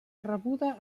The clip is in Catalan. rebuda